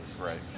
Right